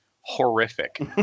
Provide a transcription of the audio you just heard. horrific